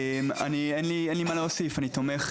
אין לי מה להוסיף, אני כמובן תומך.